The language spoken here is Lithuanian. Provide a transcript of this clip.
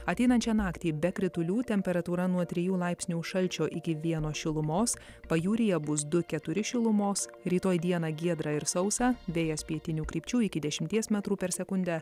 ateinančią naktį be kritulių temperatūra nuo trijų laipsnių šalčio iki vieno šilumos pajūryje bus du keturi šilumos rytoj dieną giedra ir sausa vėjas pietinių krypčių iki dešimties metrų per sekundę